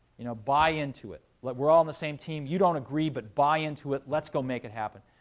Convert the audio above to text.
you know, buy into it. like, we're all in the same team, you don't agree, but buy into it. let's go make it happen.